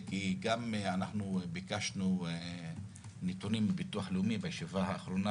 גם אנחנו ביקשנו נתונים מביטוח לאומי בישיבה האחרונה,